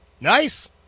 Nice